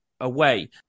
away